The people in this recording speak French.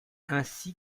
ainsi